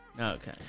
Okay